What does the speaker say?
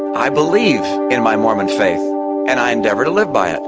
i believe in my mormon faith and i endeavour to live by it.